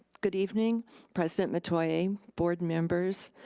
good evening president metoyer, board members,